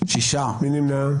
מי נמנע?